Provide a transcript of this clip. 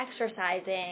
exercising